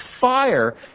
fire